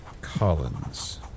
Collins